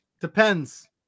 Depends